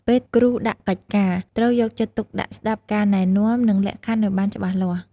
ពេលគ្រូដាក់កិច្ចការ ត្រូវយកចិត្តទុកដាក់ស្តាប់ការណែនាំ និងលក្ខខណ្ឌឱ្យបានច្បាស់លាស់។